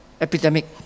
epidemic